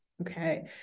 Okay